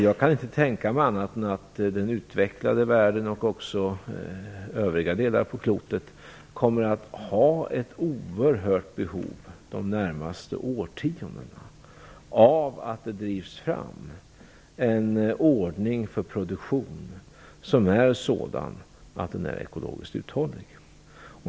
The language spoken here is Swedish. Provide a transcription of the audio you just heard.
Jag kan inte tänka mig annat än att den utvecklade världen och även övriga delar av klotet kommer att ha ett oerhört behov av att det de närmaste årtiondena drivs fram en ordning för produktion som är ekologiskt uthållig.